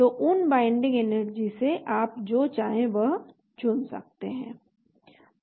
तो उन binding energy से आप जो चाहें वह चुन सकते हैं